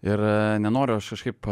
ir nenoriu aš kažkaip